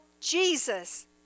Jesus